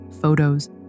photos